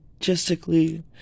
logistically